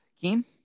Keen